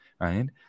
right